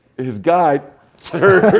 his guide turns,